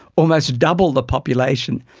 almost double the population,